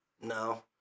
No